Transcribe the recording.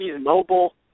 mobile